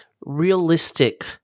realistic